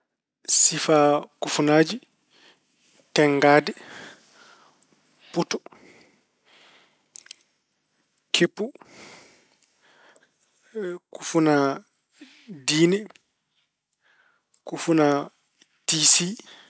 Sifaa kufunaaji: tenngaade, puto, keppu, kufuna diine, kufuna tiisi.